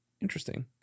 interesting